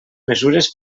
mesures